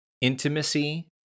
intimacy